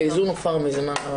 האיזון הופר מזמן.